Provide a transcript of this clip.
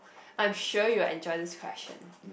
I am sure you enjoy this question